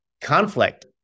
conflict